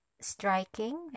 striking